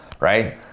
right